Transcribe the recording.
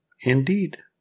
Indeed